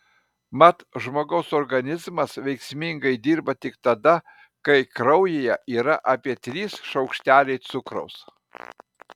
mat žmogaus organizmas veiksmingai dirba tik tada kai kraujyje yra apie trys šaukšteliai cukraus